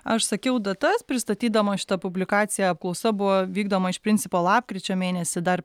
aš sakiau datas pristatydama šitą publikaciją apklausa buvo vykdoma iš principo lapkričio mėnesį dar